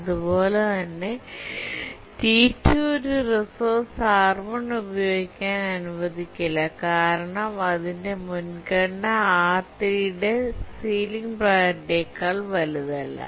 അതുപോലെ തന്നെ T2 ഒരു റിസോഴ്സ് R1 ഉപയോഗിക്കാൻ അനുവദിക്കില്ല കാരണം അതിന്റെ മുൻഗണന R3 ന്റെ സീലിംഗ് പ്രിയോറിറ്റിയേക്കാൾ വലുതല്ല